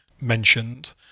mentioned